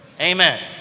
Amen